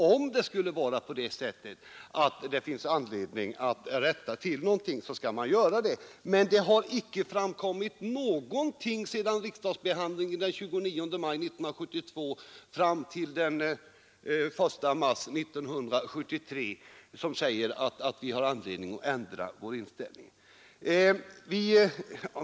Om det finns något att rätta till skall man göra det, men det har inte från riksdagsbehandlingen den 29 maj 1972 fram till den 1 mars 1973 framkommit någonting som säger att vi har anledning ändra vår inställning.